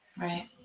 Right